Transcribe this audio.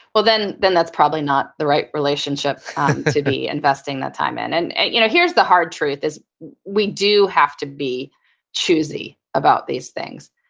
well then, then that's probably not the right relationship to be investing that time in. and and you know here's the hard truth is we do have to be choosy about these things.